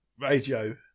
radio